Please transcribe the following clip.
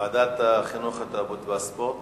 ועדת החינוך, התרבות והספורט?